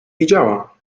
widziała